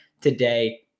today